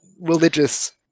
religious